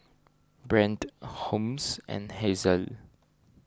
Brande Holmes and Hazelle